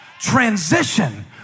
transition